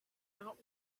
out